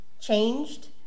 changed